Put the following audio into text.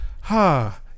ha